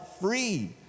free